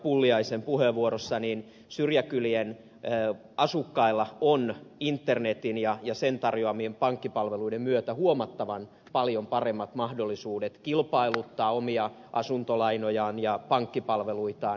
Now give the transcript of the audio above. pulliaisen puheenvuorossa syrjäkylien asukkailla on internetin ja sen tarjoamien pankkipalveluiden myötä huomattavan paljon paremmat mahdollisuudet kilpailuttaa omia asuntolainojaan ja pankkipalveluitaan